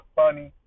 funny